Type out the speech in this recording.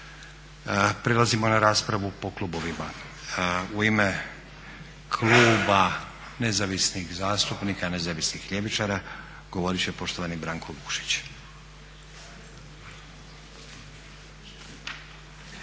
Prelazimo na raspravu po klubovima. U ime Kluba Nezavisnih zastupnika, Nezavisnih ljevičara govoriti će poštovani Branko Vukšić.